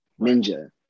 ninja